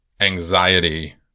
anxiety